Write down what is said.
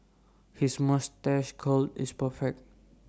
his moustache curl is perfect